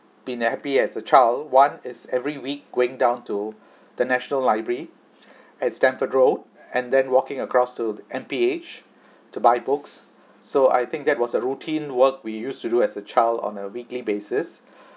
being happy as a child one is every week going down to the national library at stamford road and then walking across to M_P_H to buy books so I think that was a routine work we used to do as a child on a weekly basis